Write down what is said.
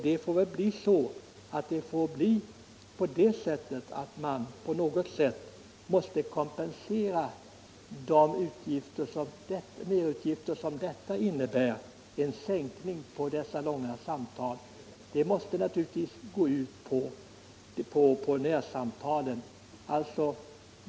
Man får väl då på något sätt kompensera de merutgifter som uppstår genom en sänkning av avgiften på de långväga samtalen. Detta måste naturligtvis gå ut över närsamtalen.